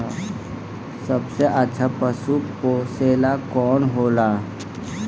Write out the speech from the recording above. सबसे अच्छा पशु पोसेला कौन होला?